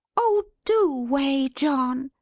oh do way, john!